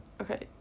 Okay